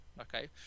okay